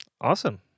Awesome